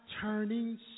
turning